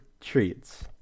treats